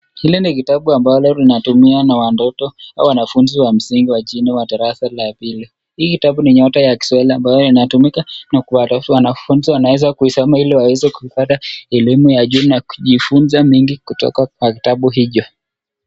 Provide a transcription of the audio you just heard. Hili ni kitabu ambalo linatumiwa na watoto au wanafunzi wa msingi wa chini wa darasa la pili. Hiki kitabu ni Nyota ya Kiswahili ambayo inatumika na kwa hivyo wanafunzi wanaweza kuisoma ili waweze kupata elimu ya juu na kujifunza mengi kutoka kwa kitabu hicho.